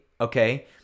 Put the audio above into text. okay